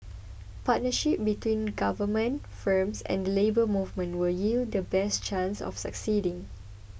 partnership between government firms and the Labour Movement will yield the best chance of succeeding